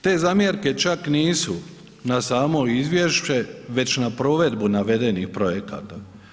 Te zamjerke čak nisu na samo izvješće već na provedbu navedenih projekata.